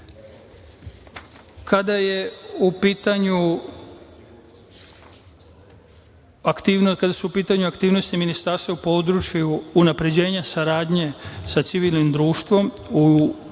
su u pitanju aktivnosti ministarstva u području unapređenja saradnje sa civilnim društvom u proteklom